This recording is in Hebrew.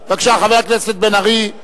בבקשה, חבר הכנסת מיכאל בן-ארי.